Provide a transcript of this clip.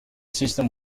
system